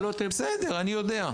בסדר, אני יודע.